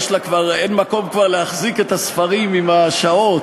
אין מקום כבר להחזיק את הספרים עם השעות,